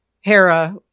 Hera